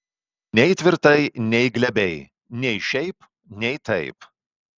nei tvirtai nei glebiai nei šiaip nei taip